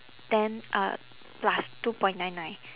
then uh plus two point nine nine